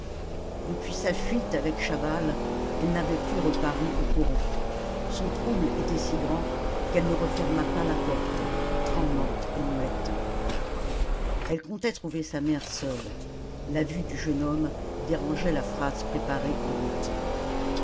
depuis sa fuite avec chaval elle n'avait plus reparu au coron son trouble était si grand qu'elle ne referma pas la porte tremblante et muette elle comptait trouver sa mère seule la vue du jeune homme dérangeait la phrase préparée en route